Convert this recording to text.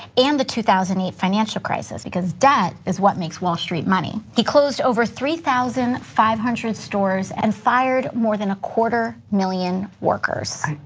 and the two thousand and eight financial crisis because debt is what makes wall street money. he closed over three thousand five hundred stores and fired more than a quarter million workers.